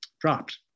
dropped